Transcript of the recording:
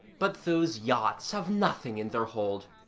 but those yachts have nothing in their hold.